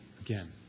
again